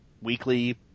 weekly